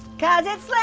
cause it's like